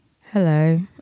Hello